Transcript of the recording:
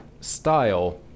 style